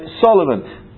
Solomon